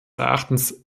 erachtens